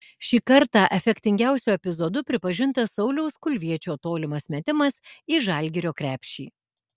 šį kartą efektingiausiu epizodu pripažintas sauliaus kulviečio tolimas metimas į žalgirio krepšį